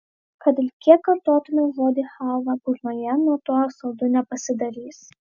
kad ir kiek kartotumei žodį chalva burnoje nuo to saldu nepasidarys